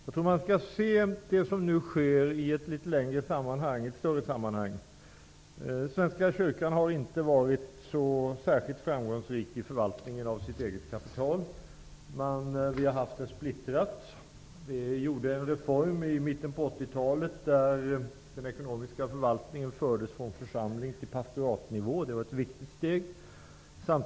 Jag tror att man skall se det som nu sker i ett större sammanhang. Svenska kyrkan har inte varit särskilt framgångsrik i förvaltningen av sitt eget kapital. Det har varit splittrat. Det genomfördes en reform i mitten av 80-talet, då den ekonomiska förvaltningen överfördes från församlingsnivå till pastoratsnivå. Det var ett viktigt steg.